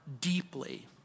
Deeply